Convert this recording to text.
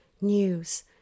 news